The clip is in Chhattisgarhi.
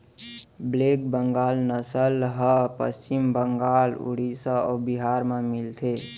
ब्लेक बंगाल नसल ह पस्चिम बंगाल, उड़ीसा अउ बिहार म मिलथे